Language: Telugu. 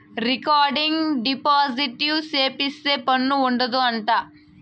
రికరింగ్ డిపాజిట్ సేపిత్తే పన్ను ఉండదు అంట